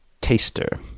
taster